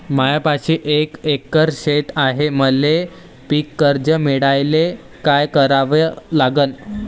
मायापाशी एक एकर शेत हाये, मले पीककर्ज मिळायले काय करावं लागन?